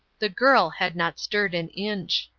the girl had not stirred an inch.